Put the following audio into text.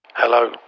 Hello